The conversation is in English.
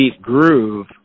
groove –